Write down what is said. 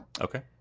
Okay